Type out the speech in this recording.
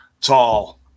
tall